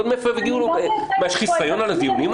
מה, יש חיסיון על הדיונים האלה?